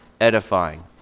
edifying